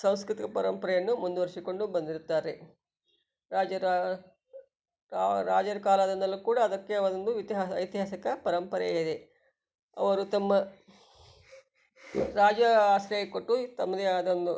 ಸಾಂಸ್ಕೃತಿಕ ಪರಂಪರೆಯನ್ನು ಮುಂದುವರೆಸಿಕೊಂಡು ಬಂದಿರುತ್ತಾರೆ ರಾಜ್ಯದ ಆ ರಾಜರ ಕಾಲದಿಂದಲೂ ಕೂಡ ಅದಕ್ಕೆ ಒಂದು ಇತಿಹಾಸ ಐತಿಹಾಸಿಕ ಪರಂಪರೆಯೇ ಇದೆ ಅವರು ತಮ್ಮ ರಾಜ ಆಶ್ರಯ ಕೊಟ್ಟು ತಮ್ಮದೇ ಆದ ಒಂದು